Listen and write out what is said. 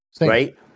Right